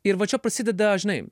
ir va čia prasideda žinai